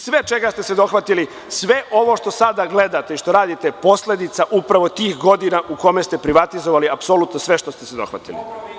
Sve čega ste se dohvatili, sve ovo što sada gledate i što radite je posledica upravo tih godina u kojima ste privatizovali apsolutno sve čega ste se dohvatili.